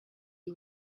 you